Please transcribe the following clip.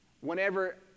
Whenever